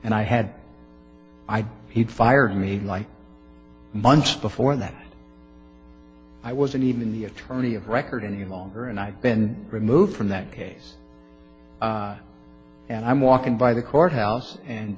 and i had he'd fired me like months before that i wasn't even the attorney of record you longer and i've been removed from that case and i'm walking by the courthouse and